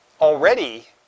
already